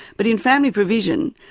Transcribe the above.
but in family provision,